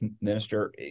minister